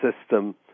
system